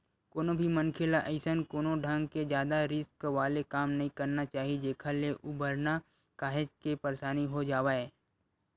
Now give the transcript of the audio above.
कोनो भी मनखे ल अइसन कोनो ढंग के जादा रिस्क वाले काम नइ करना चाही जेखर ले उबरना काहेक के परसानी हो जावय